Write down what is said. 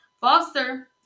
Foster